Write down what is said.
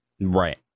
right